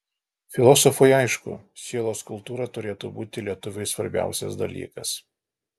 filosofui aišku sielos kultūra turėtų būti lietuviui svarbiausias dalykas